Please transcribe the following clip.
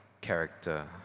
character